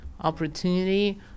opportunity